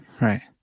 Right